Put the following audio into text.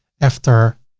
after